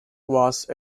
was